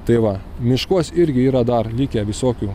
tai va miškuos irgi yra dar likę visokių